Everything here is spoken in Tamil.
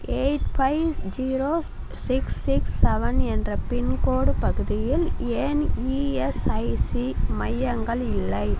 eight five zero six six seven என்ற பின்கோடு பகுதியில் ஏன் இஎஸ்ஐசி மையங்கள் இல்லை